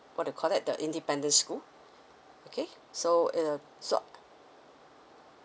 what you call that the independent school okay so is uh so